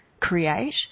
create